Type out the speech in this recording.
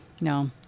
No